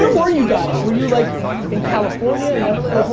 ah were you guys? were you like in california, in neverland?